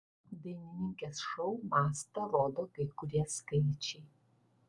dainininkės šou mastą rodo kai kurie skaičiai